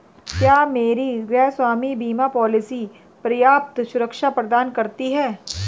क्या मेरी गृहस्वामी बीमा पॉलिसी पर्याप्त सुरक्षा प्रदान करती है?